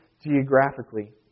geographically